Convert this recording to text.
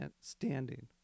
standing